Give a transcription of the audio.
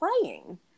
playing